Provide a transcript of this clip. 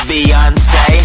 Beyonce